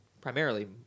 primarily